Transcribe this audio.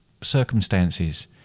circumstances